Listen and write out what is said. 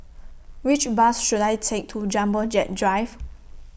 Which Bus should I Take to Jumbo Jet Drive